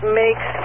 makes